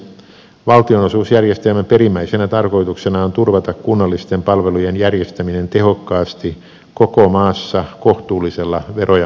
valtionosuusjärjestelmän perimmäisenä tarkoituksena on turvata kunnallisten palvelujen järjestäminen tehokkaasti koko maassa kohtuullisella vero ja maksurasituksella